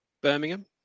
Birmingham